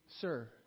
Sir